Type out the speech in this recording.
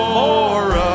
more